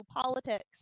politics